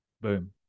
boom